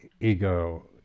ego